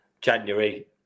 January